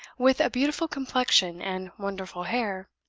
with a beautiful complexion and wonderful hair.